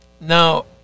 Now